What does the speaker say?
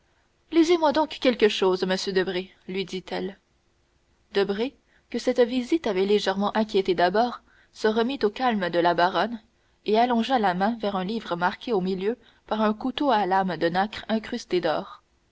lisez moi donc quelque chose monsieur debray lui dit-elle debray que cette visite avait légèrement inquiété d'abord se remit au calme de la baronne et allongea la main vers un livre marqué au milieu par un couteau à lame de nacre incrustée d'or